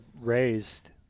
raised